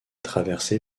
traversée